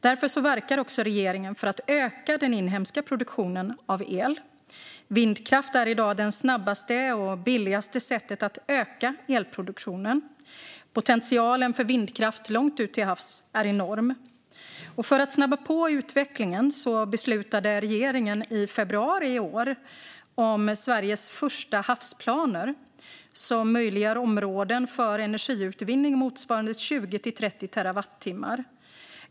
Därför verkar regeringen för att öka den inhemska produktionen av el. Vindkraft är i dag det snabbaste och billigaste sättet att öka elproduktionen. Potentialen för vindkraft långt ute till havs är enorm. För att snabba på utvecklingen beslutade regeringen i februari i år om Sveriges första havsplaner, som möjliggör områden för energiutvinning motsvarande 20-30 terawattimmar.